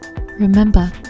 remember